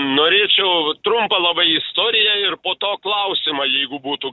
norėčiau trumpą labai istoriją ir po to klausimą jeigu būtų